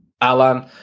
Alan